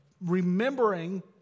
remembering